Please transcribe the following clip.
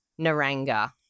Naranga